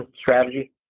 strategy